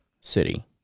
city